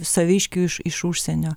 saviškių iš iš užsienio